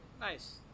Nice